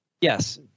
yes